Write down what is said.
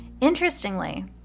Interestingly